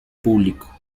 público